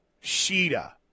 Sheeta